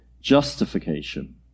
justification